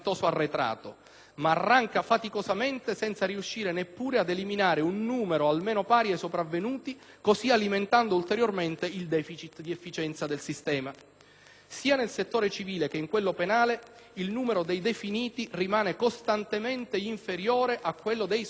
ma arranca faticosamente senza riuscire neppure ad eliminare un numero di procedimenti almeno pari ai sopravvenuti, così alimentando ulteriormente il deficit di efficienza del sistema. Sia nel settore civile che in quello penale, il numero dei definiti rimane costantemente inferiore a quello dei sopravvenuti.